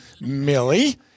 millie